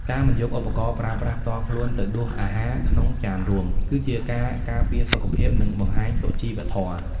ការមិនយកឧបករណ៍ប្រើប្រាស់ផ្ទាល់ខ្លួនទៅដួសអាហារក្នុងចានរួម គឺជាការការពារសុខភាព និងបង្ហាញសុជីវធម៌។